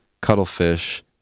Cuttlefish